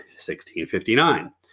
1659